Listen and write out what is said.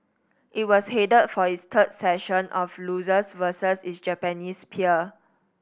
it was headed for its third session of losses versus its Japanese peer